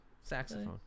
Saxophone